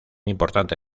importante